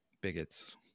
bigots